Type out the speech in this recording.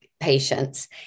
patients